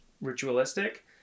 ritualistic